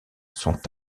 sont